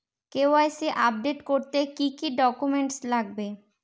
KYC update করতে কি কি ডকুমেন্টস লাগবে?